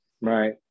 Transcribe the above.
Right